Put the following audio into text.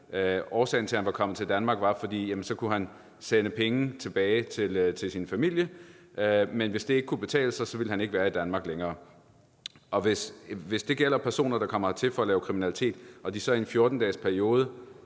Årsagen til, at han var kommet til Danmark, var, at han kunne sende penge tilbage til sin familie, men hvis det ikke kunne betale sig, ville han ikke være i Danmark længere. Og hvis det gælder personer, der kommer hertil for at lave kriminalitet, og de så i en 14-dagesperiode